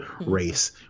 race